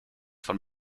von